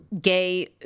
gay